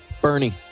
bernie